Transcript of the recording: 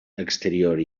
exterior